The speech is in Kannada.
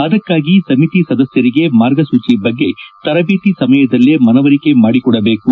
ಅದಕ್ಕಾಗಿ ಸಮಿತಿ ಸದಸ್ಥರಿಗೆ ಮಾರ್ಗಸೂಚಿ ಬಗ್ಗೆ ತರಜೇತಿ ಸಮಯದಲ್ಲೇ ಮನವರಿಕೆ ಮಾಡಿಕೊಡಬೇಕು